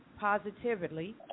positively